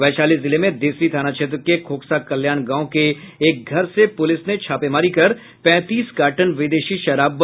वैशाली जिले में देसरी थाना क्षेत्र के खोक्सा कल्याण गांव के एक घर से पुलिस ने छापेमारी कर पैंतीस कार्टन विदेशी शराब बरामद की है